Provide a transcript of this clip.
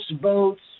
boats